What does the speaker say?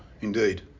Indeed